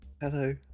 Hello